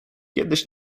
kiedyś